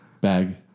Bag